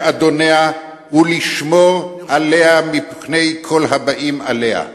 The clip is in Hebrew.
אדוניה ולשמור עליה מפני כל הבאים עליה.